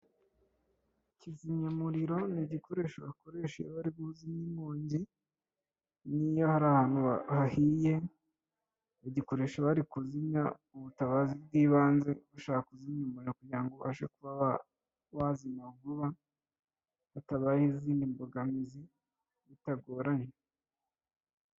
Kizimyamuriro ni igikoresho bakoresha iyo bari kuzimya inkongi, n'iyo hari ahantu hahiye bagikoresha bari kuzimya ubutabazi bw'ibanze, bashaka kuzimya umuriro kugira ngo ubashe kuba wazima vuba hatabaye izindi mbogamizi, bitagoranye.